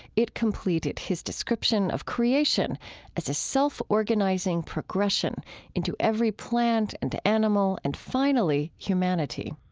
it completed his description of creation as a self-organizing progression into every plant and animal and finally humanity